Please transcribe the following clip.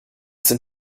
sind